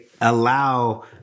allow